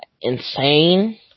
insane